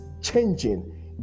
changing